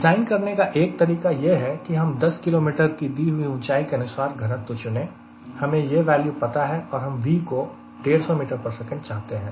design करने का एक तरीका यह है कि हम 10 किलोमीटर की दी हुई ऊंचाई के अनुसार घनत्व चुने हमें यह वैल्यू पता है और हम V को 150ms चाहते हैं